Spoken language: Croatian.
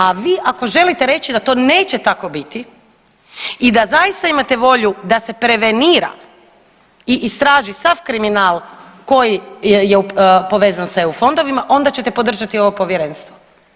A vi ako želite reći da to neće tako biti i da zaista imate volju da se prevenira i istraži sav kriminal koji je povezan s EU fondovima onda ćete podržati ovo povjerenstvo.